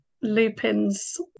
Lupin's